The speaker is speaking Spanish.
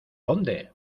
dónde